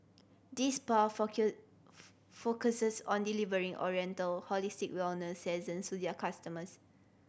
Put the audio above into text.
this spa focuses on delivering oriental holistic wellness sessions to their customers